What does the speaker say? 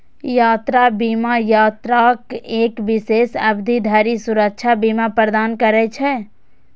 यात्रा बीमा यात्राक एक विशेष अवधि धरि सुरक्षा बीमा प्रदान करै छै